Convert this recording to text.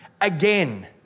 again